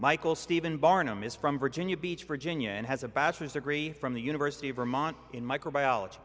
michael stephen barnum is from virginia beach virginia and has a bachelor's degree from the university of vermont in microbiology